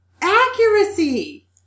Accuracy